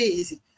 easy